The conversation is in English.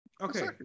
Okay